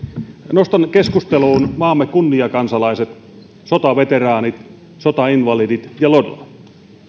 nostan keskusteluun maamme kunniakansalaiset sotaveteraanit sotainvalidit ja lotat